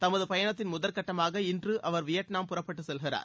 தமது பயணத்தின் முதற்கட்டமாக இன்று அவர் வியட்நாம் புறப்பட்டு செல்கிறார்